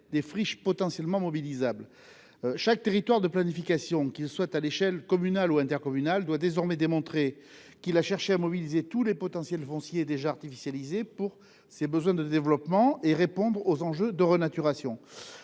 des friches potentiellement mobilisables. Chaque territoire de planification, à l'échelle communale ou intercommunale, doit désormais démontrer qu'il a cherché à mobiliser tous les potentiels fonciers déjà artificialisés pour ses besoins de développement, afin de répondre aux enjeux de renaturation.